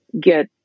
get